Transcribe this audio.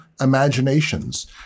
imaginations